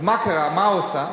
מה קרה, מה הוא עשה?